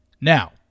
Now